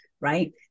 right